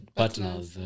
partners